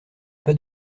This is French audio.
pas